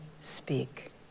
speak